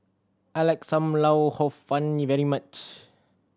I like Sam Lau Hor Fun very much